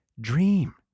dream